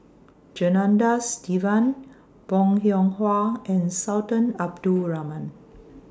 Janadas Devan Bong Hiong Hwa and Sultan Abdul Rahman